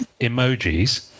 emojis –